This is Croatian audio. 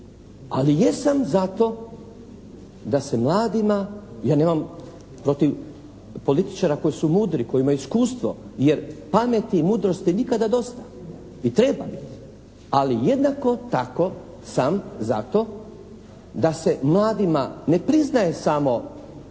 Ali jesam za to da se mladima, ja nemam protiv političara koji su mudri, koji imaju iskustvo, jer pameti i mudrosti nikada dosta i treba biti. Ali jednako tako sam za to da se mladima ne priznaje samo